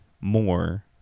more